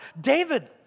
David